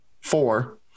four